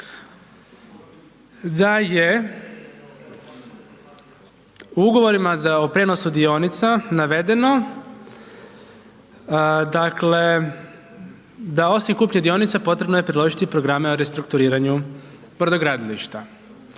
da je u Ugovorima o prijenosu dionica navedeno, dakle, da osim kupnje dionica, potrebno je priložiti programe o restrukturiranju brodogradilišta.